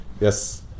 Yes